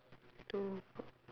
two four